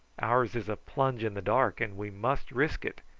ours is a plunge in the dark, and we must risk it,